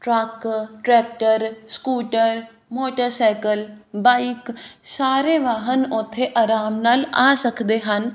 truck tractor scooter motorcycle bike ਸਾਰੇ ਵਾਹਨ ਉੱਥੇ ਆਰਾਮ ਨਾਲ ਆ ਸਕਦੇ ਹਨ